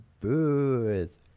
booze